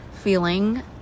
feeling